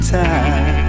time